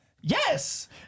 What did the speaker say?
Yes